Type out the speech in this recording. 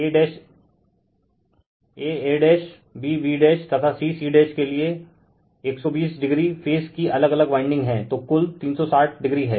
a a b b तथा c c के लिए 120o फेज कि अलग अलग वाइंडिग है तो कुल 360o है